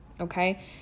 okay